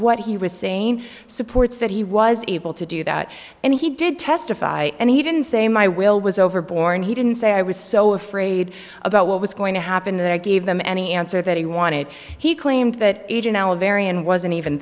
what he was saying supports that he was able to do that and he did testify and he didn't say my will was over borne he didn't say i was so afraid about what was going to happen that i gave them any answer that he wanted he claimed that even our varian wasn't even